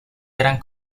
eran